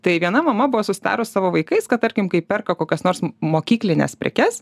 tai viena mama buvo susitarus su savo vaikais kad tarkim kai perka kokias nors mokyklines prekes